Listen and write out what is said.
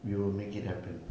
we will make it happen